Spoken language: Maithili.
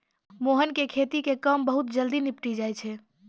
मोहन के खेती के काम बहुत जल्दी निपटी जाय छै